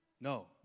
no